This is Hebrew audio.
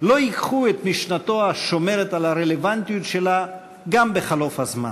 לא הקהו את משנתו השומרת על הרלוונטיות שלה גם בחלוף הזמן.